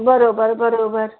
बरोबर बरोबर